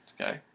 Okay